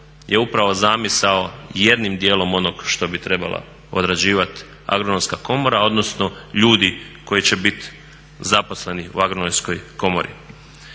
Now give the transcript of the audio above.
je upravo zamisao jednim dijelom onog što bi trebala odrađivat Agronomska komora, odnosno ljudi koji će bit zaposleni u Agronomskoj komori.